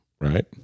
Right